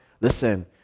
listen